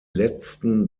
letzten